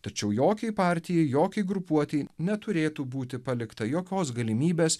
tačiau jokiai partijai jokiai grupuotei neturėtų būti palikta jokios galimybės